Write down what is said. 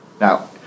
now